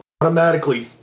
automatically